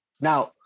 now